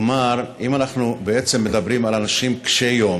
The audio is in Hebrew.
כלומר, אם אנחנו בעצם מדברים על אנשים קשי יום,